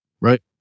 right